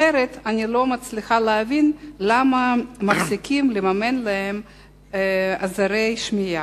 אחרת אני לא מצליחה להבין למה מפסיקים לממן להם עזרי שמיעה.